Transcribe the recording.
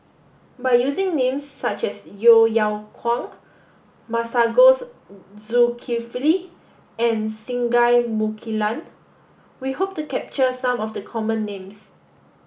by using names such as Yeo Yeow Kwang Masagos Zulkifli and Singai Mukilan we hope to capture some of the common names